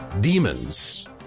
demons